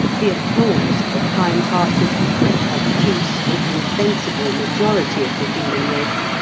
the applause of the kind-hearted but obtuse and insensible majority of the human race,